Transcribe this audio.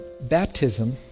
Baptism